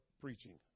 preaching